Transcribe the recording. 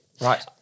Right